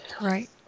Right